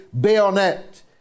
bayonet